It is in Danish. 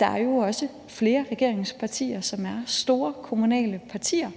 Der er jo også flere regeringspartier, som er store kommunale partier,